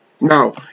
Now